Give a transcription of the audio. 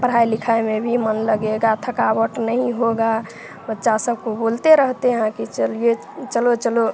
पढ़ाई लिखाई में भी मन लगेगा थकावट नहीं होगा बच्चा सबको बोलते रहते हैं कि चलिए चलो चलो